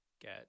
Get